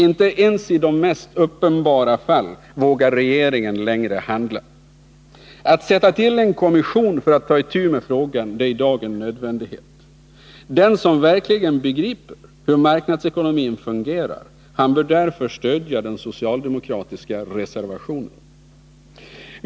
Inte ens i de mest uppenbara fall vågar regeringen längre handla. Att sätta till en kommission för att ta itu med frågan är i dag en nödvändighet. Den som verkligen begriper hur marknadsekonomin fungerar bör därför stödja den socialdemokratiska reservationen.